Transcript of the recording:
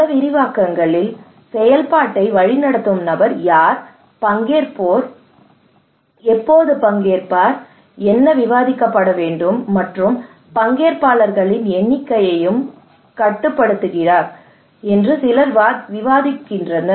பல விரிவாக்கங்களில் செயல்பாட்டை வழிநடத்தும் நபர் யார் பங்கேற்பார் எப்போது பங்கேற்பார் என்ன விவாதிக்கப்பட வேண்டும் மற்றும் பங்கேற்பாளர்களின் எண்ணிக்கையையும் கட்டுப்படுத்துகிறார் என்று சிலர் வாதிடுகின்றனர்